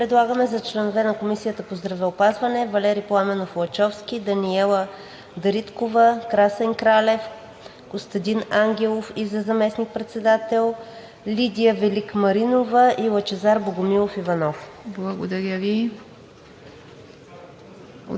Благодаря. Предлагаме за членове на Комисията по здравеопазването Валери Пламенов Лачовски, Даниела Дариткова, Красен Кралев, Костадин Ангелов и за заместник-председател, Лидия Велик Маринова и Лъчезар Богомилов Иванов. ПРЕДСЕДАТЕЛ